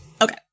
Okay